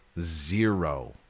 zero